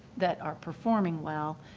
that are performing well,